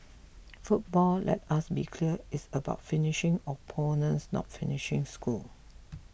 football let us be clear is about finishing opponents not finishing schools